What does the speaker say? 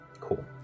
Cool